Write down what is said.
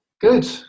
good